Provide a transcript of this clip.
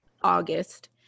August